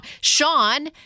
Sean